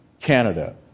Canada